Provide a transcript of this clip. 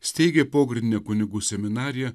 steigė pogrindinę kunigų seminariją